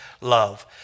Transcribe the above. love